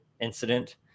incident